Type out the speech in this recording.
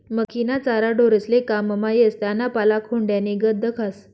मक्कीना चारा ढोरेस्ले काममा येस त्याना पाला खोंड्यानीगत दखास